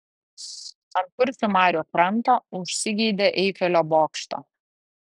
ant kuršių marių kranto užsigeidė eifelio bokšto